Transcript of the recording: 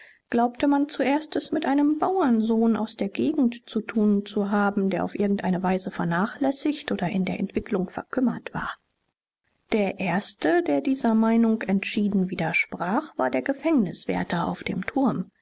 glaubte man zuerst es mit einem bauernsohn aus der gegend zu tun zu haben der auf irgendeine weise vernachlässigt oder in der entwicklung verkümmert war der erste der dieser meinung entschieden widersprach war der gefängniswärter auf dem turm